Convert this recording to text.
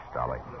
Dolly